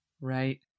Right